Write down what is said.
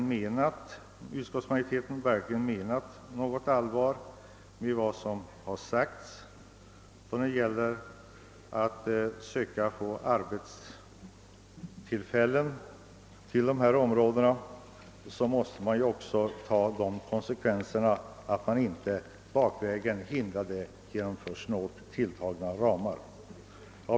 Om utskottsmajoriteten verkligen menat allvar med vad som sagts om att det gäller att få arbetstillfällen till dessa områden, måste den också dra konsekvenserna så att dessa arbetstillfällen inte bakvägen spolieras genom för snålt tilltagna ramar.